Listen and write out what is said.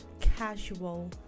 casual